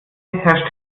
herrscht